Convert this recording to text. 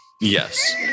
yes